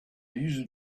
easy